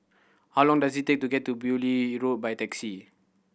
how long does it take to get to Beaulieu Road by taxi